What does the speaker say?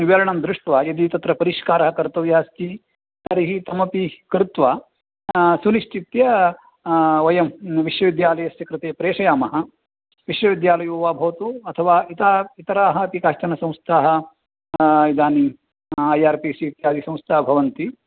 विवरणं दृष्ट्वा यदि तत्र परिष्कारः कर्तव्यः अस्ति तर्हि तमपि कृत्वा सुनिश्चित्य वयं विश्वविद्यालयस्य कृते प्रेषयामः विश्वविद्यालयो वा भवतु अथवा इतराः इतराः अपि काश्चन संस्थाः इदानीम् ऐ आर् पी सि इत्यादिसंस्थाः भवन्ति